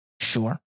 Sure